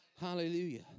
Hallelujah